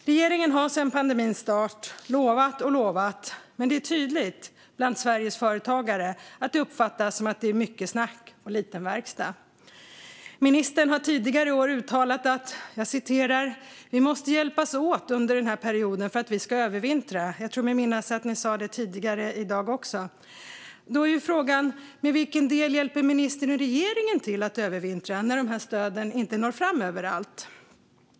Regeringen har sedan pandemins start lovat och lovat, men det är tydligt bland Sveriges företagare att det uppfattas som mycket snack och lite verkstad. Ministern har tidigare i år uttalat att "vi måste hjälpas åt under den här perioden för att vi ska övervintra". Jag vill minnas att han sa det tidigare i dag också. Då är frågan: Med vilken del hjälper ministern och regeringen till att övervintra när stöden inte når fram överallt?